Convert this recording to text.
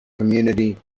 community